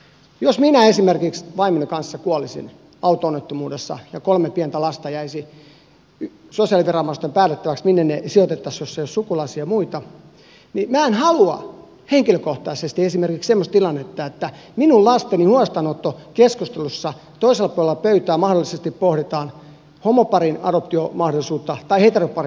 jos esimerkiksi minä vaimoni kanssa kuolisin auto onnettomuudessa ja jäisi sosiaaliviranomaisten päätettäväksi minne kolme pientä lasta sijoitettaisiin jos ei olisi sukulaisia ja muita niin minä en halua henkilökohtaisesti esimerkiksi semmoista tilannetta että minun lasteni huostaanottokeskustelussa toisella puolella pöytää mahdollisesti pohditaan homoparin adoptiomahdollisuutta ja heteroparin mahdollisuutta